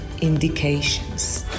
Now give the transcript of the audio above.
indications